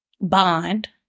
bond